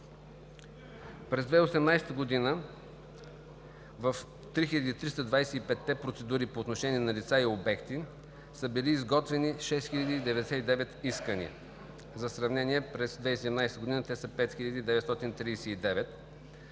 През 2018 г. в 3325-те процедури по отношение на лица и обекти са били изготвени 6099 искания. За сравнение през 2017 г. те са 5939. Следва